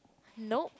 nope